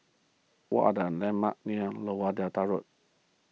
what are the landmarks near Lower Delta Road